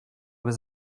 was